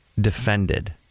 defended